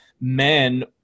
men